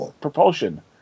propulsion